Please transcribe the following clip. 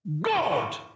God